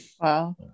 Wow